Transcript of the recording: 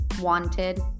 wanted